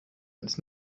als